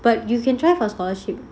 but you can try for scholarship